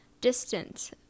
distance